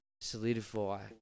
solidify